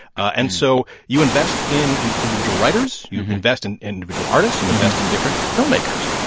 and so you invest in in individual writers. you invest in individual artists. you invest in different filmmakers.